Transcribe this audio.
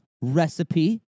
recipe